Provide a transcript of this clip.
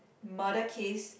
murder case